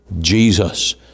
Jesus